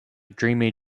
dreamy